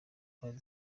twari